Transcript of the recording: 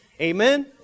Amen